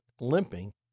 limping